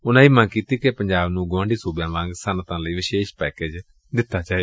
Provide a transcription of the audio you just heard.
ਉਨਾਂ ਇਹ ਵੀ ਮੰਗ ਕੀਤੀ ਕਿ ਪੰਜਾਬ ਨੂੰ ਗੁਆਂਢੀ ਸੁਬਿਆਂ ਵਾਂਗ ਸਨੱਅਤਾਂ ਲਈ ਵਿਸ਼ੇਸ਼ ਪੈਕੇਜ ਦਿੱਤਾ ਜਾਏ